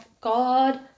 God